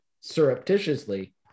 surreptitiously